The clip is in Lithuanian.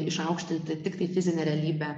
išaukštinti tiktai fizinę realybę